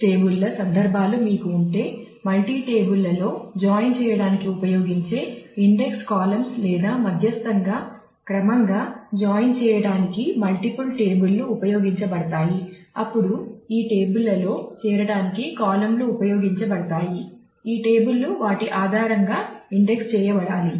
table స్కాన్లు ఉపయోగించబడతాయి ఈ టేబుల్ లు వాటి ఆధారంగా ఇండెక్స్ చేయబడాలి